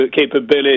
capability